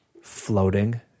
floating